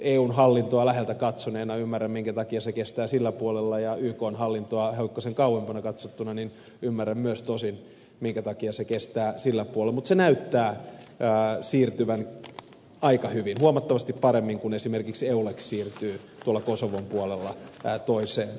eun hallintoa läheltä katsoneena ymmärrän minkä takia se kestää sillä puolella ja ykn hallintoa hiukkasen kauempana katsoen ymmärrän myös toki minkä takia se kestää sillä puolella mutta se näyttää siirtyvän aika hyvin huomattavasti paremmin kuin esimerkiksi eulex siirtyy tuolla kosovon puolella toiseen suuntaan